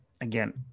again